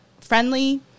friendly